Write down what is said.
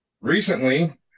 recently